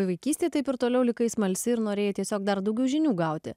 vaikystėj taip ir toliau likai smalsi ir norėjai tiesiog dar daugiau žinių gauti